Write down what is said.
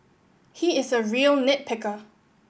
he is a real nit picker